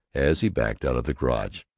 as he backed out of the garage.